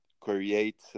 create